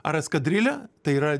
ar eskadrilę tai yra